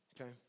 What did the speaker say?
Okay